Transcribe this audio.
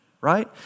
right